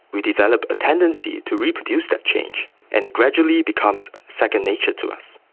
we develop a tendency to reproduce that change and it gradually becomes second nature to us.